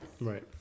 right